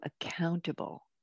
accountable